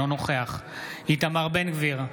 אינו נוכח איתמר בן גביר,